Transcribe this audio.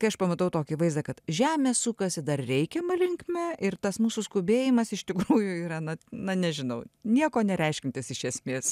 kai aš pamatau tokį vaizdą kad žemė sukasi dar reikiama linkme ir tas mūsų skubėjimas iš tikrųjų yra na na nežinau nieko nereiškiantis iš esmės